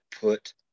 put